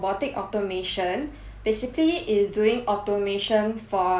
basically is doing automation for some like manual work